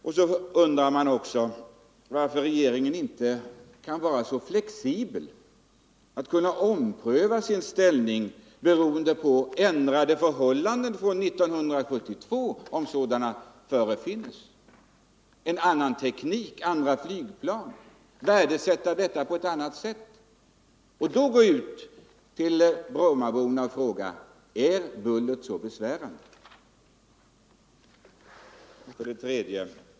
Man undrar också varför regeringen inte kan vara flexibel och ompröva sitt ställningstagande om förhållandena har ändrats sedan 1972, om det finns en annan teknik, andra flygplan, och göra en annan värdesättning? Varför kan regeringen inte då på nytt fråga brommaborna: Är bullret så besvärande?